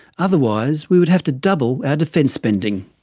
otherwise we would have to double our defence spending.